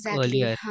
earlier